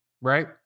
Right